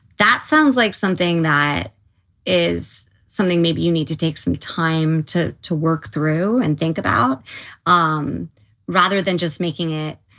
that sounds like something that is something maybe you need to take some time to to work through and think about um rather than just making it.